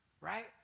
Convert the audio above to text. right